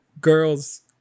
girls